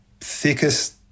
thickest